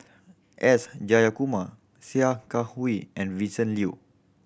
S Jayakumar Sia Kah Hui and Vincent Leow